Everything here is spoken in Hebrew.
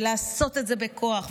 ולעשות את זה בכוח,